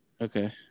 Okay